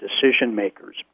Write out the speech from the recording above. decision-makers